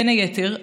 בין היתר,